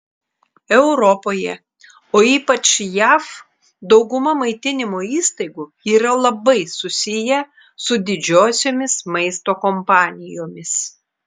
europoje o ypač jav dauguma maitinimo įstaigų yra labai susiję su didžiosiomis maisto kompanijomis